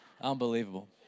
Unbelievable